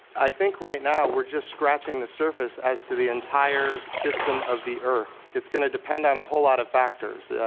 i think right now we are just scratching the surface as to the entire system of the earth. it's going to depend on a whole lot of factors, yeah